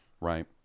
Right